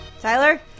tyler